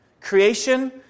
Creation